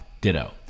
Ditto